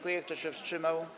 Kto się wstrzymał?